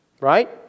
right